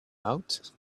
out